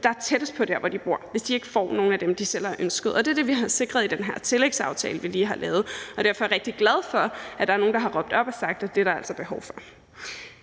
der er tættest på, hvor de bor, hvis de ikke kommer ind på nogen af dem, de selv har ønsket. Det er det, vi har sikret med den her tillægsaftale, vi lige har lavet, og derfor er vi rigtig glade for, at der er nogen, der har råbt op og sagt, at det er der altså behov for.